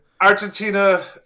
Argentina